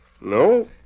No